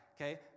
Okay